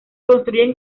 construye